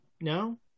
no